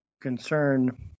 concern